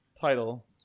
title